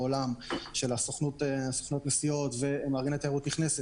בעולם של סוכנות נסיעות ומארגני תיירות נכנסת,